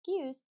excuse